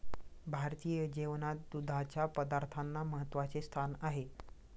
भारतीय जेवणात दुधाच्या पदार्थांना महत्त्वाचे स्थान आहे